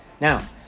now